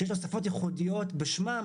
כשיש תוספות ייחודיות בשמן,